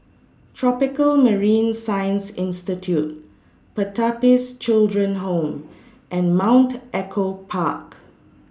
Tropical Marine Science Institute Pertapis Children Home and Mount Echo Park